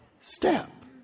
step